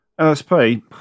LSP